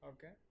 Okay